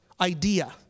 idea